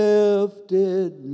Lifted